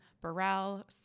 Burrell